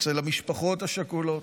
אצל המשפחות השכולות.